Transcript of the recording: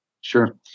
Sure